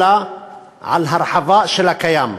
אלא על הרחבה של הקיים.